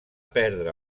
perdre